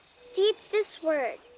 see, it's this word.